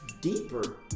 deeper